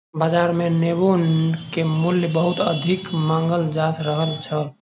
बाजार मे नेबो के मूल्य बहुत अधिक मांगल जा रहल छल